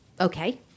Okay